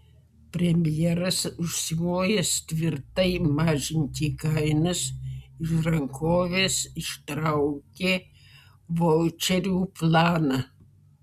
premjeras užsimojęs tvirtai mažinti kainas iš rankovės ištraukė vaučerių planą